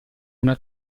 una